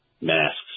masks